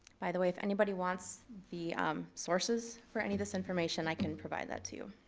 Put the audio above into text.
by the way, if anybody wants the sources for any of this information, i can provide that to you.